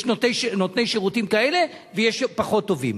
יש נותני שירותים כאלה ויש פחות טובים.